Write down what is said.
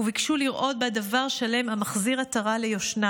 וביקשו לראות בה דבר שלם המחזיר עטרה ליושנה,